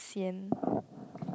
sian